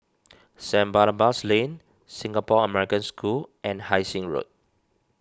Saint Barnabas Lane Singapore American School and Hai Sing Road